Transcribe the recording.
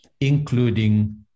including